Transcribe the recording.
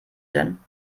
denn